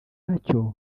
nacyo